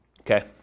Okay